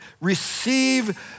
receive